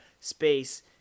space